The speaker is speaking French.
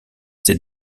ses